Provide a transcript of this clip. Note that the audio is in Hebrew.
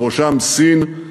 בראשם סין.